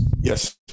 Yes